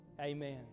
Amen